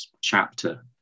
chapter